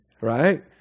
right